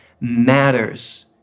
matters